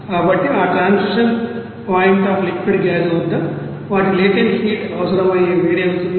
కాబట్టి ఆ transition point of liquid gas వద్ద వాటి లేటెంట్ హీట్ అవసరమయ్యే వేడి అవుతుంది